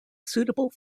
suitable